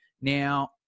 Now